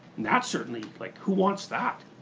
that's certainly like who wants that?